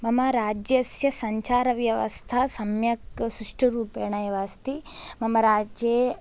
मम राज्यस्य सञ्चारव्यवस्था सम्यक् सुष्ठुरूपेण एव अस्ति मम राज्ये